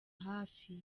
hafi